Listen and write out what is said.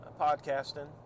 Podcasting